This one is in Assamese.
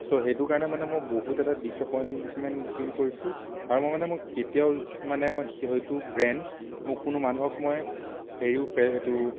চ' সেইটো কাৰণে মানে মোৰ বহুত এটা ডিচএপইন্টমেন্ট ফিল কৰিছোঁ আৰু মোৰ মানে মই কেতিয়াও মানে মই সেইটো ব্ৰেণ্ড মোৰ কোনো মানুহক মই হেৰিও প্ৰে এইটো